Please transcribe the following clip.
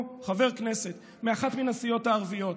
פה, חבר כנסת מאחת מן הסיעות הערביות.